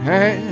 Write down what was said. Hey